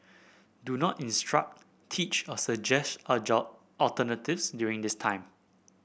do not instruct teach or suggest a job alternatives during this time